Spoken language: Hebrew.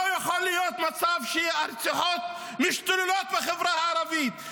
לא יכול להיות מצב שהרציחות משתוללות בחברה הערבית.